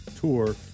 tour